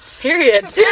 Period